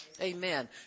Amen